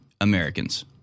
Americans